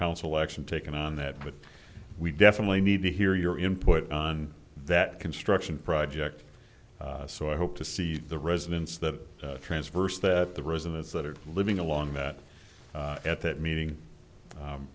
council action taken on that with we definitely need to hear your input on that construction project so i hope to see the residents that transverse that the residents that are living along that at that meeting